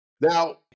Now